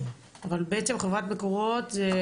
אבל בעצם חברת מקורות זה